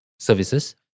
services